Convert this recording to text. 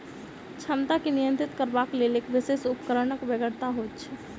क्षमता के नियंत्रित करबाक लेल एक विशेष उपकरणक बेगरता होइत छै